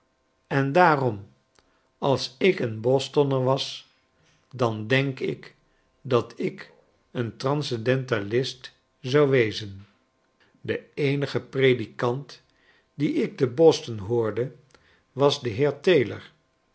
en daarom als ik een bostonner was dan denk ik dat ik een transcendentalist zou wezen de eenige predikant dien ik te bostoij hoorde was de